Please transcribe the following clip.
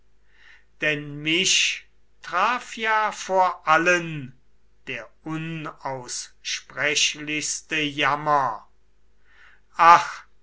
denn mich traf ja vor allen der unaussprechlichste jammer ach